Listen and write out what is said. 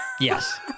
Yes